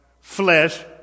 flesh